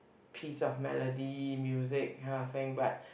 piece of melody music kind of thing but